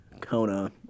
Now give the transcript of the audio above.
Kona